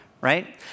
right